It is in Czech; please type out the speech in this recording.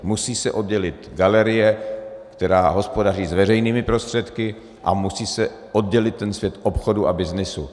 Musí se oddělit galerie, která hospodaří s veřejnými prostředky, a musí se oddělit ten svět obchodu a byznysu.